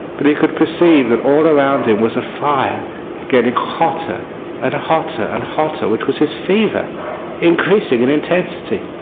but he could perceive but all around him was a fire getting hotter and hotter and hotter which was his fever increasing in intensity